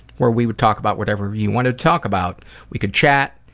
where we would talk about whatever you wanted to talk about we could chat,